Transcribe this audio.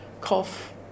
cough